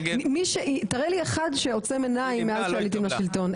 תראה לי אחד שעוצם עיניים מאז שעליתם לשלטון,